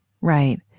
right